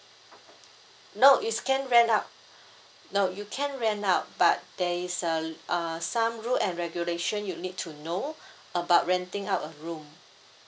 no is can rent out no you can rent out but there is uh uh some rule and regulation you need to know about renting out a room